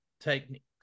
techniques